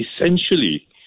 Essentially